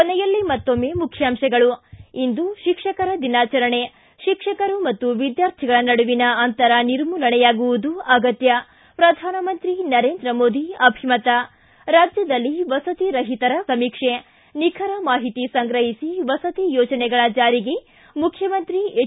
ಕೊನೆಯಲ್ಲಿ ಮತ್ತೊಮ್ಮೆ ಮುಖ್ಯಾಂಶಗಳು ಇಂದು ಶಿಕ್ಷಕರ ದಿನಾಚರಣೆ ಶಿಕ್ಷಕರು ಮತ್ತು ವಿದ್ಕಾರ್ಥಿಗಳ ನಡುವಿನ ಅಂತರ ನಿರ್ಮೂಲನೆಯಾಗುವುದು ಆಗತ್ಯ ಪ್ರಧಾನಮಂತ್ರಿ ನರೇಂದ್ರ ಮೋದಿ ಅಭಿಮತ ರಾಜ್ಞದಲ್ಲಿ ವಸತಿ ರಹಿತರ ಸಮೀಕ್ಷೆ ನಿಖರ ಮಾಹಿತಿ ಸಂಗ್ರಹಿಸಿ ವಸತಿ ಯೋಜನೆಗಳ ಜಾರಿಗೆ ಮುಖ್ಯಮಂತ್ರಿ ಎಚ್